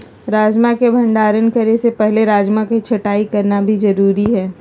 राजमा के भंडारण करे से पहले राजमा के छँटाई करना भी जरुरी हय